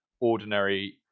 ordinary